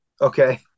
Okay